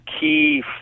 key